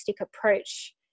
approach